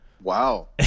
Wow